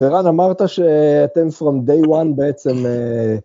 ערן אמרת שאתם from day one בעצם...